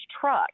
truck